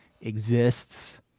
exists